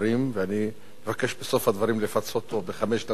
ואני מבקש בסוף הדברים לפצות אותו בחמש דקות נוספות.